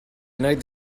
united